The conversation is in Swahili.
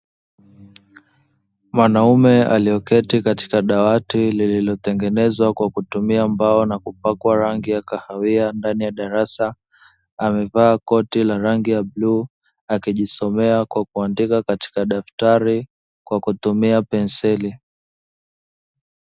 Mwanaume aliyeketi katika dawati lililotengenezwa kwa kutumia mbao na kupakwa rangi ya kahawia ndani ya darasa, amevaa koti la rangi ya bluu, akijisomea kwa kuandika katika daftari kwa kutumia penseli.